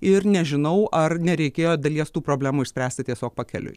ir nežinau ar nereikėjo dalies tų problemų išspręsti tiesiog pakeliui